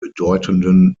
bedeutenden